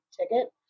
ticket